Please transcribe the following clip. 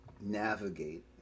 navigate